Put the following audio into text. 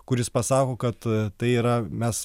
kuris pasako kad tai yra mes